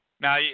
Now